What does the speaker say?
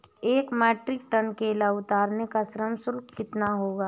एक metric tonne केला उतारने का श्रम शुल्क कितना होगा?